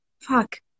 Fuck